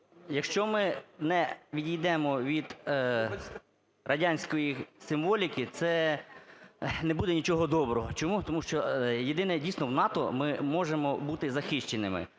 якщо ми не відійдемо від радянської символіки, це не буде нічого доброго. Чому? Тому що єдине – дійсно, в НАТО ми можемо бути захищеними.